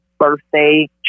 Birthday